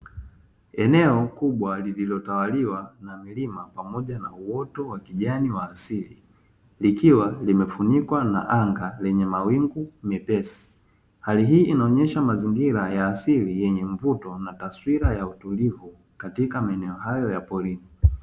Eneo kubwa lililotawaliwa na milima pamoja na uoto wa kijani wa asili, likiwa limefunikwa na anga lenye mawingu mepesi. Hali hii inaonyesha mazingira ya asili yenye mvuto na taswira ya utulivu katika maeneo hayo ya porini.